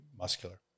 muscular